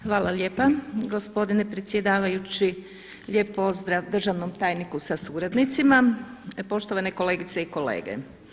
Hvala lijepa, gospodine predsjedavajući, lijep pozdrav državnom tajniku sa suradnicima, poštovane kolegice i kolege.